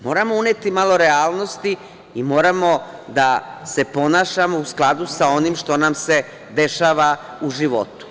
Moramo uneti malo realnosti i moramo da se ponašamo u skladu sa onim što nam se dešava u životu.